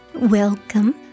Welcome